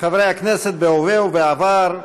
חברי הכנסת בהווה ובעבר,